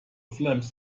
flames